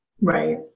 Right